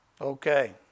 Okay